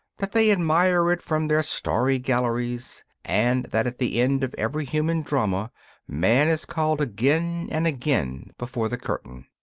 that they admire it from their starry galleries, and that at the end of every human drama man is called again and again before the curtain.